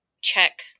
check